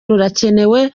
rurakenewe